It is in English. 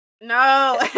No